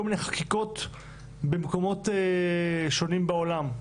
מיני חקיקות בכל מיני מקומות שונים בעולם,